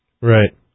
Right